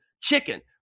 chicken